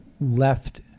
left